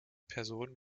personen